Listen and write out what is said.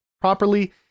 properly